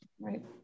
right